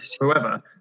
whoever